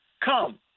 come